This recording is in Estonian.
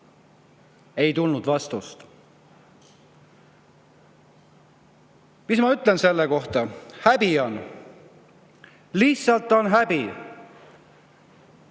Ei tulnud vastust. Mis ma ütlen selle kohta? Häbi on. Lihtsalt häbi